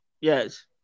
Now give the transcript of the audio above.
Yes